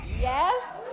Yes